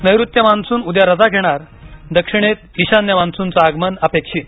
नैऋत्य मान्सून उद्या रजा घेणार दक्षिणेत ईशान्य मान्सूनचं आगमन अपेक्षित